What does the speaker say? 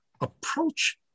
approach